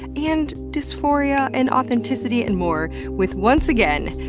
and dysphoria, and authenticity, and more, with once again,